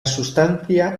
sustancia